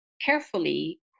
carefully